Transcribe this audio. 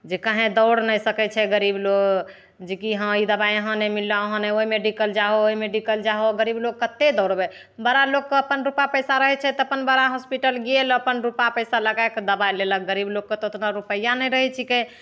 जे कहीँ दौड़ नहि सकैत छै गरीब लोग जेकि हँ ई दबाइ यहाँ नहि मिललहुँ वहाँ नहि मिललहुँ ओइ मेडिकल जाहो ओहि मेडिकल जाहो गरीब लोग कतेक दौड़बै बड़ा लोगके अपन रूपा पैसा रहैत छै तऽ अपन बड़ा होस्पिटल गेल अपन रूपा पैसा लगाएके दबाइ लेलक गरीब लोग कऽ तऽ ओतना रूपैआ नहि रहैत छिकै